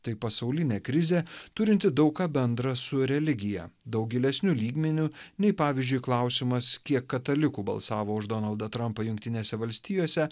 tai pasaulinė krizė turinti daug ką bendra su religija daug gilesniu lygmeniu nei pavyzdžiui klausimas kiek katalikų balsavo už donaldą trampą jungtinėse valstijose